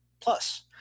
plus